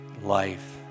life